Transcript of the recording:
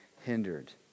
hindered